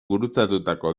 gurutzatutako